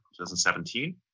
2017